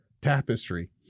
tapestry